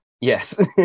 yes